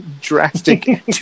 drastic